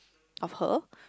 of her